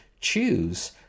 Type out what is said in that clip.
choose